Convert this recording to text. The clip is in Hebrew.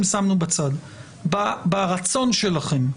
ברצון שלכם,